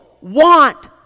want